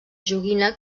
joguina